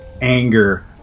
anger